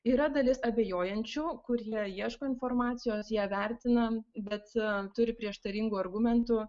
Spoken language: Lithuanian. yra dalis abejojančių kurie ieško informacijos ją vertina bet turi prieštaringų argumentų